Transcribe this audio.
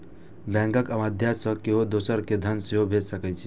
बैंकक माध्यय सं केओ दोसर कें धन सेहो भेज सकै छै